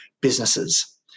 businesses